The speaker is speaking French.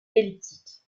elliptique